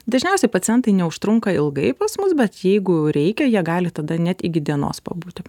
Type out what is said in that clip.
dažniausiai pacientai neužtrunka ilgai pas mus bet jeigu reikia jie gali tada net iki dienos pabūti